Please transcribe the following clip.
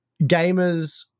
gamers